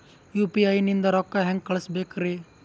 UPI ನಿಂದ ರೊಕ್ಕ ಹೆಂಗ ಕಳಸಬೇಕ್ರಿ?